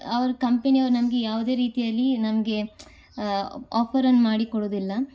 ಅವ್ರ ಕಂಪನಿ ಅವರು ನನಗೆ ಯಾವುದೇ ರೀತಿಯಲ್ಲಿ ನಮಗೆ ಆಫರನ್ನ ಮಾಡಿ ಕೊಡುವುದಿಲ್ಲ